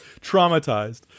Traumatized